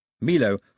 Milo